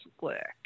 work